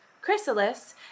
chrysalis